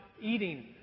eating